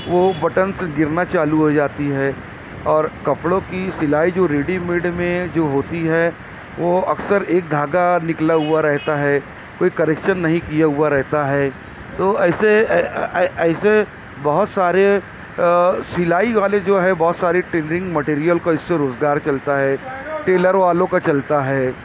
وہ بٹنس گرنا چالو ہو جاتی ہے اور کپڑوں کی سلائی جو ریڈی میڈ میں جو ہوتی ہے وہ اکثر ایک دھاگا نکلا ہوا رہتا ہے کوئی کریکشن نہیں کیا ہوا رہتا ہے تو ایسے ایسے بہت سارے سلائی والے جو ہے بہت سارے ٹیلرنگ میٹیریل کا اس سے روزگار چلتا ہے ٹیلر والوں کا چلتا ہے